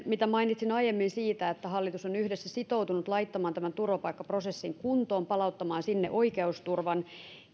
mitä mainitsin aiemmin siitä että hallitus on yhdessä sitoutunut laittamaan tämän turvapaikkaprosessin kuntoon palauttamaan sinne oikeusturvan